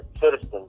citizens